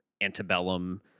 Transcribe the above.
antebellum